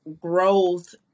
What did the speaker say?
growth